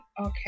okay